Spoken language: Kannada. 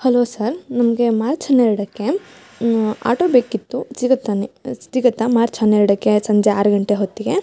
ಹಲೋ ಸರ್ ನಮಗೆ ಮಾರ್ಚ್ ಹನ್ನೆರಡಕ್ಕೆ ಆಟೋ ಬೇಕಿತ್ತು ಸಿಗುತ್ತಾನೆ ಸಿಗುತ್ತಾ ಮಾರ್ಚ್ ಹನ್ನೆರಡಕ್ಕೆ ಸಂಜೆ ಆರು ಗಂಟೆ ಹೊತ್ತಿಗೆ